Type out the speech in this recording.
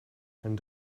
ein